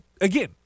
again